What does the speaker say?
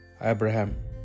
Abraham